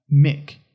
mick